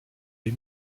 les